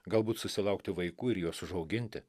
galbūt susilaukti vaikų ir juos užauginti